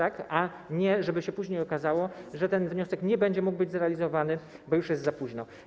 A nie, żeby się później okazało, że wniosek nie będzie mógł być zrealizowany, bo już jest za późno.